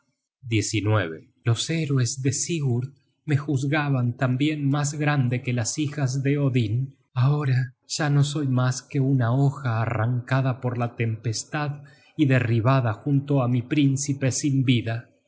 los héroes de sigurd me juzgaban tambien mas grande que las hijas de odin ahora ya no soy mas que una hoja arrancada por la tempestad y derribada junto á mi príncipe sin vida